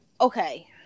okay